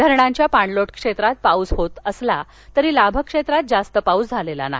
धरणांच्या पाणलोट क्षेत्रात पाऊस होत असला तरी लाभक्षेत्रात जास्त पाऊस झालेला नाही